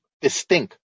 distinct